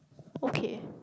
okay